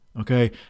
okay